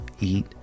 eat